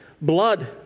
blood